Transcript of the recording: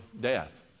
death